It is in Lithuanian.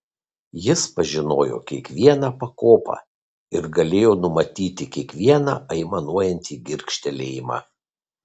jis pažinojo kiekvieną pakopą ir galėjo numatyti kiekvieną aimanuojantį girgžtelėjimą